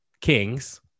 kings